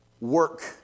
work